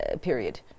period